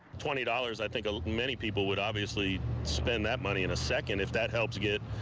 twenty dollars. i think ah many people would obviously spend that money in a second if that helps get.